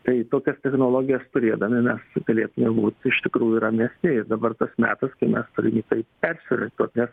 tai tokias technologijas turėdami mes galėtume būt iš tikrųjų ramesni ir dabar tas metas kai mes turim į tai persiorientuot nes